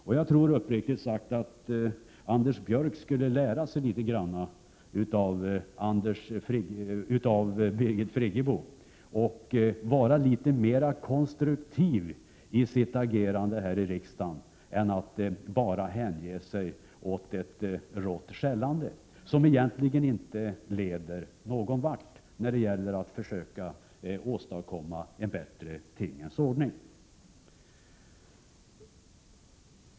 Uppriktigt sagt tror jag att Anders Björck har litet grand att lära av Birgit Friggebo. Han borde alltså vara litet mera konstruktiv i sitt agerande här i riksdagen i stället för att bara hänge sig åt råskäll, som egentligen inte leder någon vart när det gäller att försöka åstadkomma en bättre tingens ordning.